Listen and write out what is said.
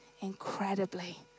incredibly